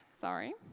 Sorry